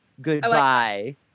Goodbye